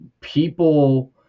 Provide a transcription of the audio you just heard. people